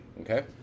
okay